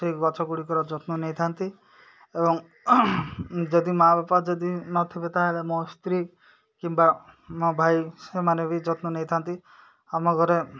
ସେଇ ଗଛ ଗୁଡ଼ିକର ଯତ୍ନ ନେଇଥାନ୍ତି ଏବଂ ଯଦି ମାଆ ବାପା ଯଦି ନଥିବେ ତା'ହେଲେ ମୋ ସ୍ତ୍ରୀ କିମ୍ବା ମୋ ଭାଇ ସେମାନେ ବି ଯତ୍ନ ନେଇଥାନ୍ତି ଆମ ଘରେ